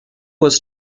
was